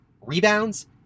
rebounds